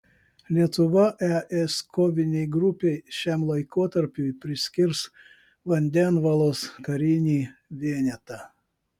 lietuva es kovinei grupei šiam laikotarpiui priskirs vandenvalos karinį vienetą